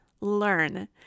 learn